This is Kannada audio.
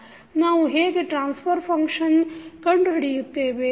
ನಾವು ಹೇಗೆ ಟ್ರಾನ್ಸ್ಫರ್ ಫಂಕ್ಷನ್ ಕಂಡು ಹಿಡಿಯುತ್ತೇವೆ